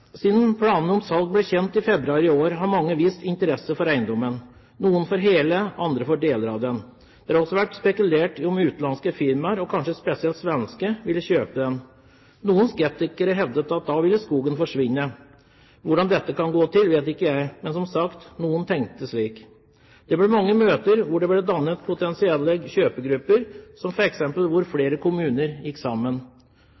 Siden planene om salg ble kjent i februar i år, har mange vist interesse for eiendommen – noen for hele, andre for deler av den. Det har også vært spekulert i om utenlandske firmaer – kanskje spesielt svenske – ville kjøpe den. Noen skeptikere hevdet at da ville skogen forsvinne. Hvordan dette kan gå til, vet ikke jeg. Men, som sagt, noen tenkte slik. Det ble mange møter hvor det ble dannet potensielle kjøpergrupper,